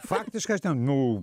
faktiškai aš ten nu